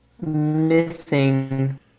missing